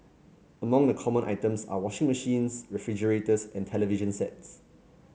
among the common items are washing machines refrigerators and television sets